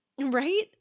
Right